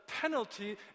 penalty